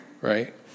right